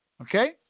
Okay